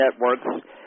networks